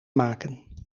maken